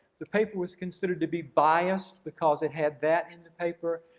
the paper was considered to be biased because it had that in the paper.